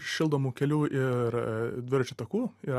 šildomų kelių ir dviračių takų ir